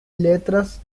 letras